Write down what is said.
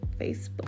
Facebook